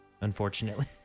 unfortunately